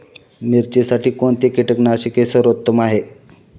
मिरचीसाठी कोणते कीटकनाशके सर्वोत्तम आहे?